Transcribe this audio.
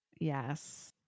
yes